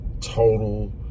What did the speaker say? total